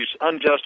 unjust